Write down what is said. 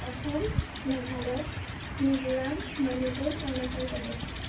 Assam Meghalaya Mizoram Manipur Arunachal Pradesh